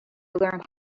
learned